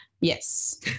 Yes